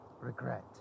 regret